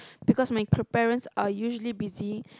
because my c~ parents are usually busy